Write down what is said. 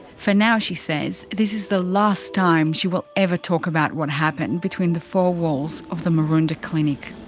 for now, she says this is the last time she will ever talk about what happened between the four walls of the maroondah clinic.